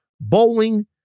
bowling